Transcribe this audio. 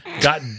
got